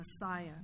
Messiah